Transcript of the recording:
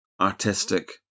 artistic